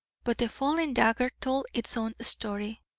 but the fallen dagger told its own story,